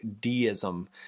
deism